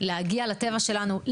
להגיע לטבע שלנו,